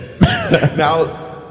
Now